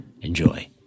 Enjoy